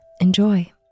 Enjoy